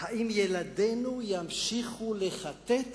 אם ילדינו ימשיכו לכתת